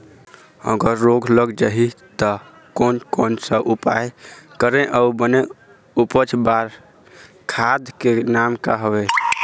अगर रोग लग जाही ता कोन कौन सा उपाय करें अउ बने उपज बार खाद के नाम का हवे?